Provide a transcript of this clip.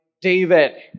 David